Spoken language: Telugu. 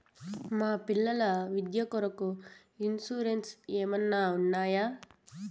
మా పిల్లల విద్య కొరకు ఇన్సూరెన్సు ఏమన్నా ఉన్నాయా?